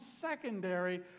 secondary